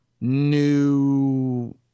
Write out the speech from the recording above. new